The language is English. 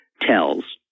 tells